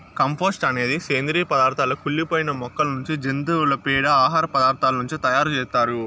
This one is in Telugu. కంపోస్టు అనేది సేంద్రీయ పదార్థాల కుళ్ళి పోయిన మొక్కల నుంచి, జంతువుల పేడ, ఆహార పదార్థాల నుంచి తయారు చేత్తారు